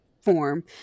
form